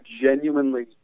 genuinely